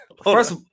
First